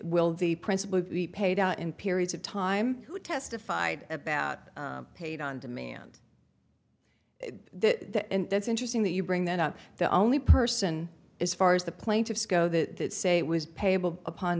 will the principal be paid out in periods of time who testified about paid on demand that that's interesting that you bring that up the only person as far as the plaintiffs go that say was